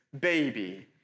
baby